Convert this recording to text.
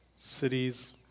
cities